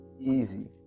easy